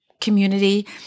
Community